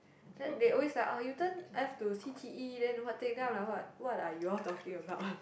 then they always like oh you turn left to c_t_e then what thing like I'm like what what are you all talking about